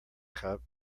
cup